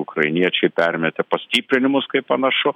ukrainiečiai permetė pastiprinimus kaip panašu